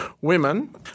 women